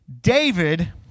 David